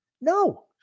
No